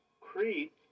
Crete